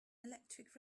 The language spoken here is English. electric